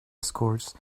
escorts